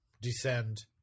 descend